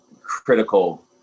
critical